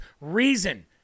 reason